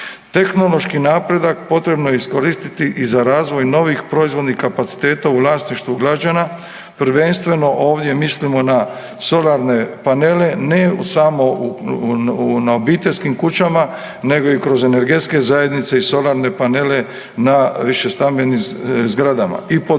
Tehnološki napredak potrebno je iskoristiti i za razvoj novih proizvodnih kapaciteta u vlasništvu građana, prvenstveno ovdje mislimo na solarne panele ne samo na obiteljskim kućama nego i kroz energetske zajednice i solarne panele na višestambenim zgradama i poduzećima